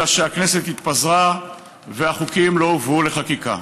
אלא שהכנסת התפזרה והחוקים לא הועברו לחקיקה.